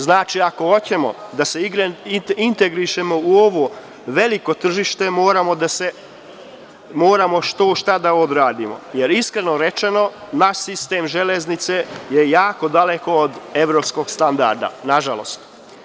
Znači, ako hoćemo da se integrišemo u ovo veliko tržište, onda moramo što-šta da odradimo, jer, iskreno rečeno, naš sistem železnica je jako daleko od evropskog standarda, nažalost.